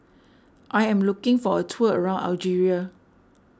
I am looking for a tour around Algeria